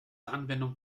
anwendung